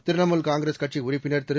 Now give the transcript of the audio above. திரிணாமுல் காங்கிரஸ் கட்சி உறுப்பினர் திரு